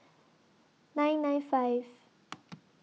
nine nine five